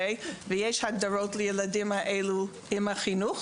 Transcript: יש הגדרות לילדים האלו בחינוך.